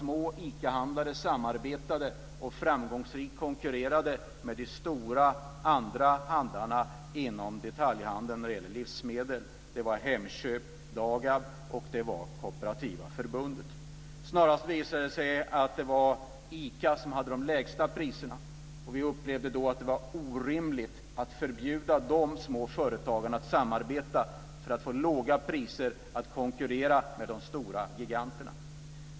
Små ICA-handlare samarbetade och konkurrerade framgångsrikt med de stora andra handlarna inom detaljhandeln för livsmedel. Det var Hemköp, Det visade sig snarast att det var ICA som hade de lägsta priserna. Vi upplevde då att det var orimligt att förbjuda de små företagen att samarbeta för att få låga priser och kunna konkurrera med de stora giganterna.